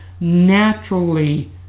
naturally